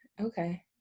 Okay